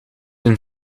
een